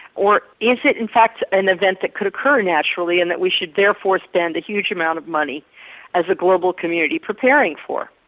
or is it in fact an event that could occur naturally and we should therefore spend a huge amount of money as a global community preparing for